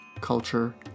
culture